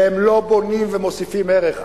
והם לא בונים ומוסיפים ערך.